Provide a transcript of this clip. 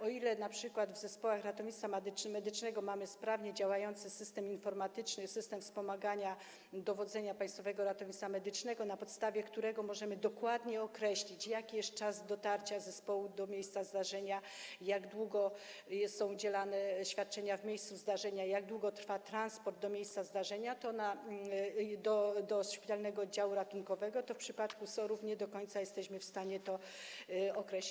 O ile np. w zespołach ratownictwa medycznego mamy sprawnie działający system informatyczny, system wspomagania dowodzenia Państwowego Ratownictwa Medycznego, na podstawie którego możemy dokładnie określić, jaki jest czas dotarcia zespołu do miejsca zdarzenia, jak długo są udzielane świadczenia w miejscu zdarzenia, jak długo trwa transport do szpitalnego oddziału ratunkowego, to w przypadku SOR-ów nie do końca jesteśmy w stanie to określić.